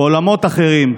בעולמות אחרים,